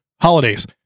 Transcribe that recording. holidays